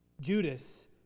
Judas